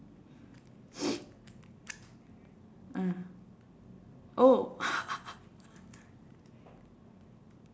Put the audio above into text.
oh